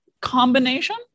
combination